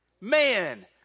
Man